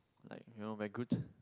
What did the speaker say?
like you know very good